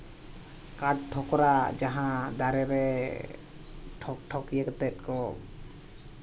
ᱠᱟᱴᱷ ᱴᱷᱚᱠᱨᱟ ᱡᱟᱦᱟᱸ ᱫᱟᱨᱮ ᱨᱮ ᱴᱷᱚᱠ ᱴᱷᱚᱠᱤᱭᱟᱹ ᱠᱟᱛᱮᱫ ᱠᱚ